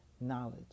knowledge